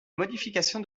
modification